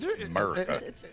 America